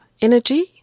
energy